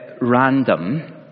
random